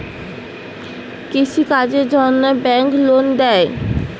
কৃষি কাজের জন্যে ব্যাংক লোন দেয়?